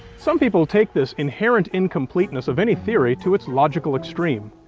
some people take this inherent incompleteness of any theory to its logical extreme.